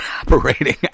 operating